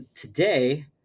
today